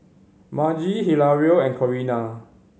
Margie Hilario and Corinna